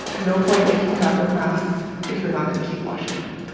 no point making fabric masks if you're not gonna keep washing them.